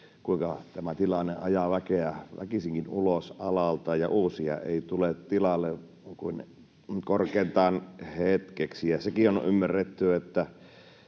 kuinka tämä tilanne ajaa väkeä väkisinkin ulos alalta ja uusia ei tule tilalle kuin korkeintaan hetkeksi. Ja sekin on ymmärretty, että